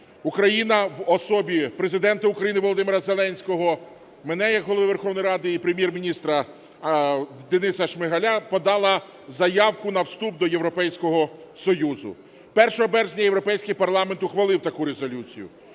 Україна в особі Президента України Володимира Зеленського, мене як Голови Верховної Ради і Прем'єр-міністра Дениса Шмигаля подала заявку на вступ до Європейського Союзу. Першого березня Європейський парламент ухвалив таку резолюцію.